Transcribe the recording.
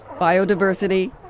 Biodiversity